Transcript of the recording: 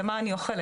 'זה מה אני אוכלת,